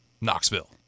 Knoxville